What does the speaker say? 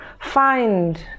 find